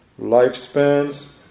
lifespans